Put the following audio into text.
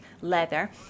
leather